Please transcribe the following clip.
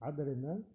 ಆದ್ದರಿಂದ